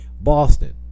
Boston